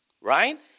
right